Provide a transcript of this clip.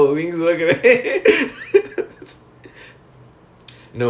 wait so now you are in writers wing is it